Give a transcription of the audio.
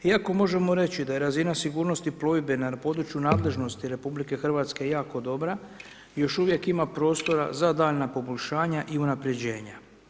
Iako možemo reći da je razina sigurnosti plovidbe na području nadležnosti RH jako dobra, još uvijek ima prostora za daljnja poboljšanja i unapređenja.